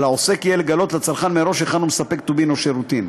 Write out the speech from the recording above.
על העוסק יהיה לגלות לצרכן מראש היכן הוא מספק טובין או שירותים.